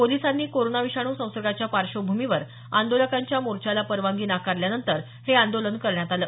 पोलिसांनी कोरोना विषाणू संसर्गाच्या पार्श्वभूमीवर आंदोलकांच्या मोर्चाला परवानगी नाकारल्यानंतर हे आंदोलन करण्यात आलं